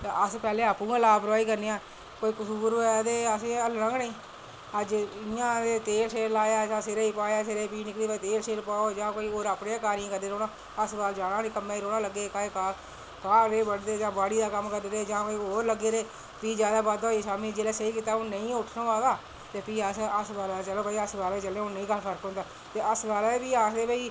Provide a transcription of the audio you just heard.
अस पैह्लें अप्पूं गै लापरवाही करने आं कोई कसूर होऐ ते असैं हल्लना गै नी अज्ज इया ऐं तेल शेल लाया पाया सिरे गी तेल शेल पाओ जां कोई अप्पनै गै कारियां करदे रौह्ना हस्पताल जाना गै नी कम्मे ही लग्गे दे रौह्ना घाह् बडदे रेह् जां कोई होर कम्म करदे रेह् फ्ही जादा बाद्दा होइया जिसलै लग्गेआ नेईं गै उट्ठना होआ दा शाम्मी लै ते फ्ही नेई कम्म होई फ्ही चलो हस्पताले गी गै चलने आं ते हस्पताले आह्ले बी आखदे भाई